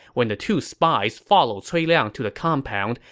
when the two spies follow cui liang to the compound,